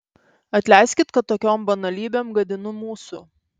atleiskit kad tokiom banalybėm gadinu mūsų